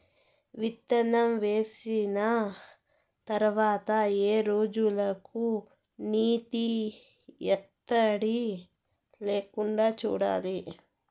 విత్తనం వేసిన తర్వాత ఏ రోజులకు నీటి ఎద్దడి లేకుండా చూడాలి?